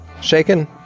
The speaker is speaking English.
shaken